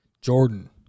Jordan